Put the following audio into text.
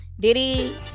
Diddy